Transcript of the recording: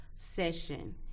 session